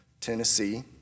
Tennessee